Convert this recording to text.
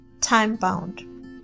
time-bound